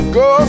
go